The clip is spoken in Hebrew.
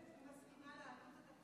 היא מסכימה לעלות התקציבית?